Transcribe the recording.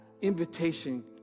invitation